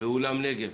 באולם נגב